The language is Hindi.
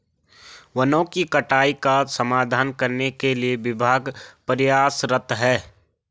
वनों की कटाई का समाधान करने के लिए विभाग प्रयासरत है